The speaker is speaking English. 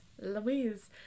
Louise